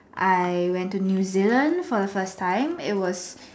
I went to new Zealand for the first time it was